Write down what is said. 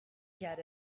get